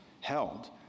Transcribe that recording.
held